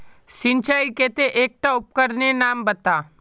सिंचाईर केते एकटा उपकरनेर नाम बता?